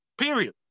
period